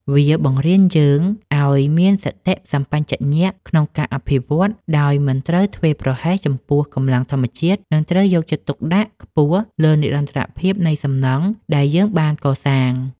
វាបង្រៀនយើងឱ្យមានសតិសម្បជញ្ញៈក្នុងការអភិវឌ្ឍ ដោយមិនត្រូវធ្វេសប្រហែសចំពោះកម្លាំងធម្មជាតិ និងត្រូវយកចិត្តទុកដាក់ខ្ពស់លើនិរន្តរភាពនៃសំណង់ដែលយើងបានកសាង។